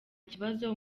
kibazo